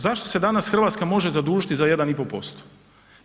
Zašto se danas Hrvatska može zadužiti za 1,5%